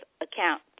account